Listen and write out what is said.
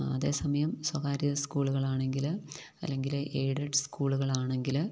അതേസമയം സ്വകാര്യ സ്കൂളുകളാണെങ്കില് അല്ലെങ്കില് എയ്ഡഡ് സ്കൂളുകളാണെങ്കില്